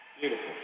Beautiful